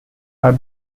are